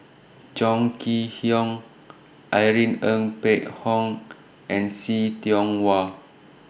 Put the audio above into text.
Chong Kee Hiong Irene Ng Phek Hoong and See Tiong Wah